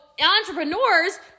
entrepreneurs